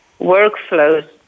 workflows